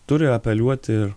turi apeliuoti ir